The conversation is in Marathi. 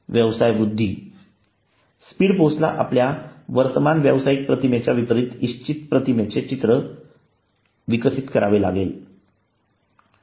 व्यवसाय वृद्धी स्पीड पोस्ट ला आपल्या वर्तमान व्यवसायिक प्रतिमेच्या विपरीत इच्छित प्रतिमेचे चित्र विकसित करावे लागते